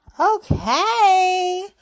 Okay